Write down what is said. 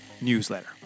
newsletter